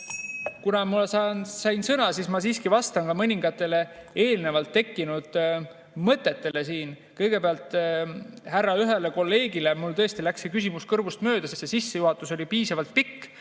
kuna ma sain sõna, siis ma siiski vastan mõningatele eelnevalt tekkinud mõtetele siin. Kõigepealt, ühele kolleegile ütlen, et mul tõesti läks tema küsimus kõrvust mööda, sest sissejuhatus oli piisavalt pikk.